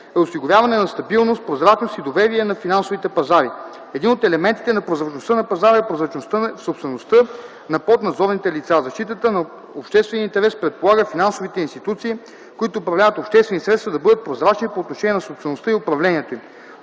е осигуряване на „стабилност, прозрачност и доверие на финансовите пазари”. Един от елементите на прозрачността на пазара е прозрачността в собствеността на поднадзорните лица. Защитата на обществения интерес предполага финансовите институции, които управляват обществени средства, да бъдат прозрачни по отношение на собствеността и управлението им.